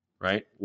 right